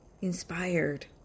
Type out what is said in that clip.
inspired